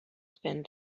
spent